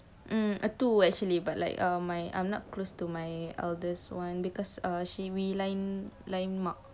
hmm two actually but um my I'm not close to my eldest one because uh she we lain mak